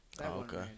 okay